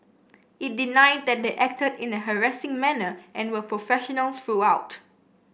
it denied that they acted in a harassing manner and were professional throughout